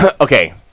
okay